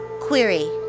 Query